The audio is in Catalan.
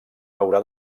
haurà